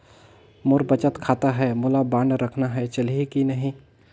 मोर बचत खाता है मोला बांड रखना है चलही की नहीं?